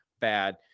bad